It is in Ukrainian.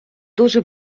дуже